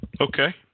Okay